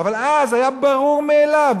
אבל אז היה ברור מאליו,